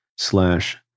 Slash